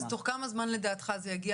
תוך כמה זמן זה יגיע